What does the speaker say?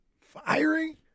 Firing